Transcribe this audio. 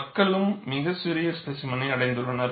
மக்களும் மிகச் சிறிய ஸ்பேசிமென்னை அடைந்துள்ளனர்